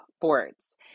boards